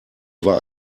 war